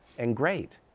and great.